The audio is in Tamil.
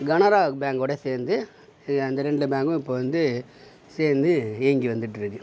கனரா பேங்க்கோட சேர்ந்து இந்த ரெண்டு பேங்க்கும் இப்போ வந்து சேர்ந்து இயங்கி வந்துகிட்ருக்கு